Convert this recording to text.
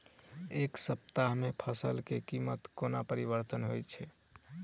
एक सप्ताह मे फसल केँ कीमत कोना परिवर्तन होइ छै?